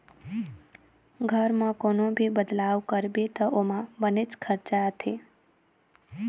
घर म कोनो भी बदलाव करबे त ओमा बनेच खरचा आथे